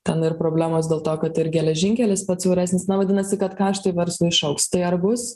ten ir problemos dėl to kad ir geležinkelis pats siauresnis na vadinasi kad kaštai verslui išaugs tai ar bus